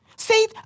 See